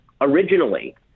Originally